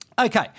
Okay